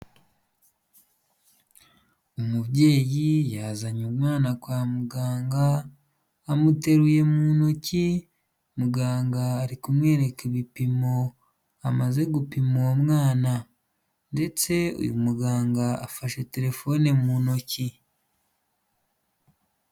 Umubyeyi yazanye umwana kwa muganga amuteruye mu ntoki, muganga ari kumwereka ibipimo amaze gupima uwo mwana ndetse uyu muganga afashe telefone mu ntoki.